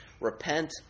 repent